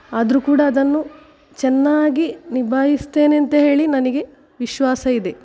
ಆದರೂ ಕೂಡ ಅದನ್ನು ಚೆನ್ನಾಗಿ ನಿಭಾಯಿಸ್ತೇನೆ ಅಂತ ಹೇಳಿ ನನಗೆ ವಿಶ್ವಾಸ ಇದೆ